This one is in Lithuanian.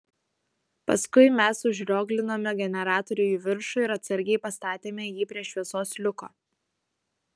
paskui mes užrioglinome generatorių į viršų ir atsargiai pastatėme jį prie šviesos liuko